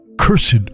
cursed